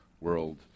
world